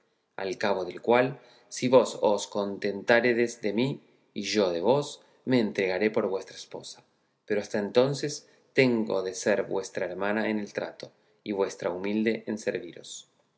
al cabo del cual si vos os contentáredes de mí y yo de vos me entregaré por vuestra esposa pero hasta entonces tengo de ser vuestra hermana en el trato y vuestra humilde en serviros